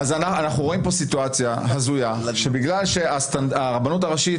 158. אנחנו רואים פה סיטואציה הזויה שבגלל שלרבנות הראשית